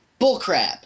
Bullcrap